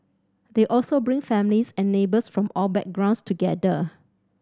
they also bring families and neighbours from all backgrounds together